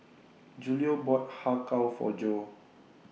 Julio bought Har Kow For Jo